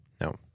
No